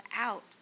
out